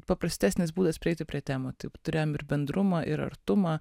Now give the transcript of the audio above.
paprastesnis būdas prieiti prie temų taip turėjom ir bendrumą ir artumą